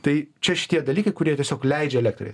tai čia šitie dalykai kurie tiesiog leidžia elektrai